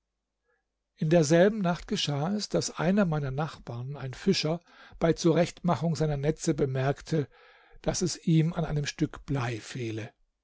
in derselben nacht geschah es daß einer meiner nachbarn ein fischer bei zurechtmachung seiner netze bemerkte daß es ihm an einem stück blei fehle